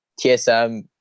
TSM